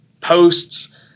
posts